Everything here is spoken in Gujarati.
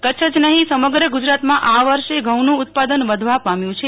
કચ્છ જ નહીં સમગ્ર ગુજરાતમાં આ વર્ષે ધઉંનું ઉત્પાદન વધવા પામ્યું છે